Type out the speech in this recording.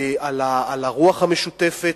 על הרוח המשותפת.